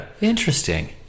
Interesting